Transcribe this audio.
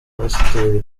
pasiteri